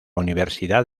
universidad